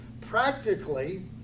practically